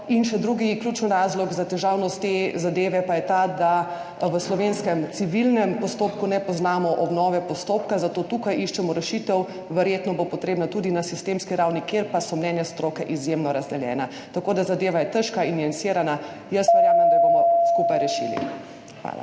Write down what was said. Še drugi ključni razlog za težavnost te zadeve pa je ta, da v slovenskem civilnem postopku ne poznamo obnove postopka, zato tukaj iščemo rešitev. Verjetno bo potrebna tudi na sistemski ravni, kjer pa so mnenja stroke izjemno razdeljena. Tako da zadeva je težka in niansirana. Verjamem, da jo bomo skupaj rešili. Hvala.